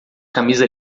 camisa